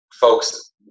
Folks